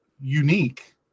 unique